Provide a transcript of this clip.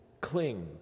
cling